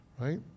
right